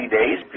days